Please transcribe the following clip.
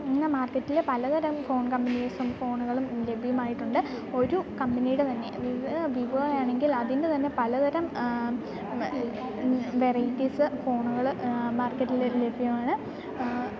ഇന്നു മാർക്കറ്റിൽ പലതരം ഫോൺ കമ്പനീസും ഫോണുകളും ഇന്നു ലഭ്യമായിട്ടുണ്ട് ഒരു കമ്പനിയുടെ തന്നെ വിവോയാണെങ്കിൽ അതിൻ്റെ തന്നെ പലതരം വെ വെറൈറ്റീസ് ഫോണുകൾ മാർക്കറ്റിൽ ലഭ്യമാണ്